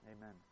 Amen